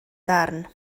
darn